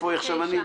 איפה עכשיו אני?